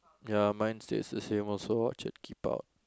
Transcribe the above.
ya mine says the same also watch it keep out